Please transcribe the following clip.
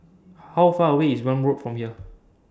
How Far away IS Welm Road from here